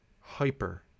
hyper